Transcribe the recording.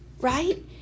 Right